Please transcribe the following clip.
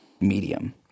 medium